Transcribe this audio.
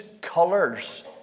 colors